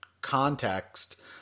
context –